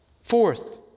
Fourth